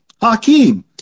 hakeem